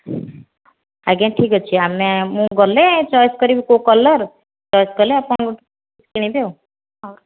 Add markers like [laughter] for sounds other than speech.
ଆଜ୍ଞା ଠିକ୍ ଅଛି ଆମେ ମୁଁ ଗଲେ ଚଏସ୍ କରିବି କେଉଁ କଲର୍ ଚଏସ୍ କଲେ ଆପଣ [unintelligible] କିଣିବି